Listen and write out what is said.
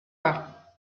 pas